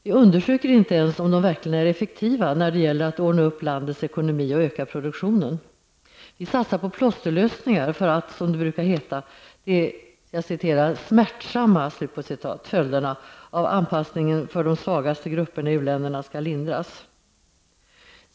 Vi undersöker inte ens om de verkligen är effektiva när det gäller att ordna upp landets ekonomi och öka produktionen. Vi satsar på plåsterlösningar för att, som det brukar heta, de ''smärtsamma'' följderna av anpassningen för de svagaste grupperna i uländerna skall lindras.